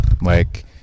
Mike